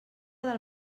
del